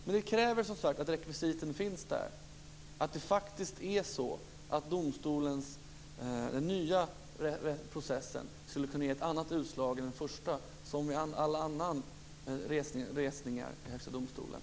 Men det kräver som sagt att rekvisiten finns där, att den nya processen skulle kunna ge ett annat utslag än den första som vid alla andra resningsansökningar till Högsta domstolen.